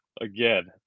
Again